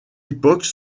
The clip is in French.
époque